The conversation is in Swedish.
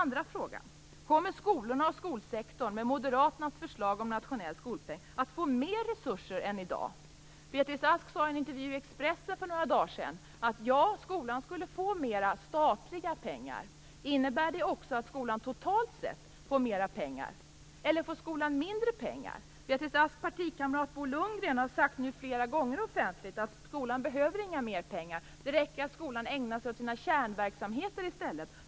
Nästa fråga är: Kommer skolorna och skolsektorn att få mer resurser än i dag med Moderaternas förslag om en nationell skolpeng? Beatrice Ask sade i en intervju i Expressen för några dagar sedan att skolan skulle få mera statliga pengar. Innebär det också att skolan totalt sett får mera pengar? Eller får skolan mindre pengar? Beatrice Asks partikamrat Bo Lundgren har sagt flera gånger offentligt att skolan inte behöver mer pengar. Det räcker att skolan ägnar sig åt sina kärnverksamheter i stället.